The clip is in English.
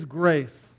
grace